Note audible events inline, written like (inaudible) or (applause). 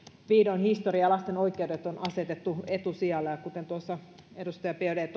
vihdoin historiaa lasten oikeudet on asetettu etusijalle ja kuten tuossa edustaja biaudet (unintelligible)